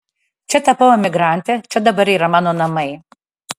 čia tapau emigrante čia dabar yra mano namai